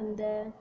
அந்த